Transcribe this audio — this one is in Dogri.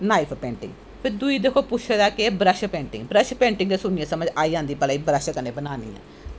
नाईफ पेंटिंग दुई दिक्खो कि पुच्छे दा ऐ ब्रळ पेंटिंग ब्रश पेंटिंग ते सुनियैं समझ आई जंदा एह् ब्रश कन्नैं बनानी ऐ